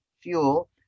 fuel